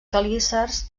quelícers